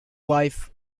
life